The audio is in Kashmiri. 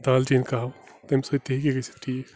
دالچیٖن کَہوٕ تَمہِ سۭتۍ تہِ ہیٚکہِ یہِ گٔژھِتھ ٹھیٖک